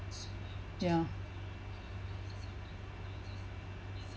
ya